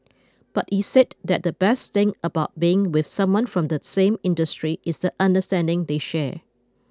but he said that the best thing about being with someone from the same industry is the understanding they share